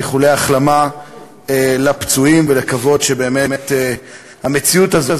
באיחולי החלמה לפצועים ולקוות שבאמת המציאות הזאת,